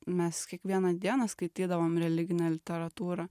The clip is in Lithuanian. mes kiekvieną dieną skaitydavom religinę literatūrą